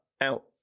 out